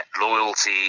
loyalty